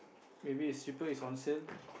maybe is cheaper it's on sale